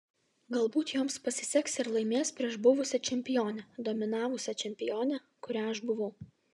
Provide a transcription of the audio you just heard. galbūt joms pasiseks ir laimės prieš buvusią čempionę dominavusią čempionę kuria aš buvau